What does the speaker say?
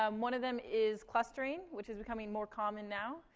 um one of them is clustering, which is becoming more common now.